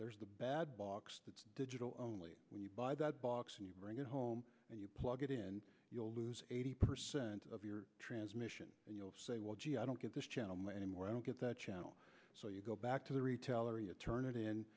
there's the bad box the digital only when you buy that box and you bring it home and you plug it in you'll lose eighty percent of your transmission and you'll say well gee i don't get this gentleman anymore i don't get that channel so you go back to the retailer you turn it in